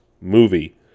movie